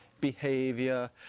behavior